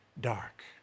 dark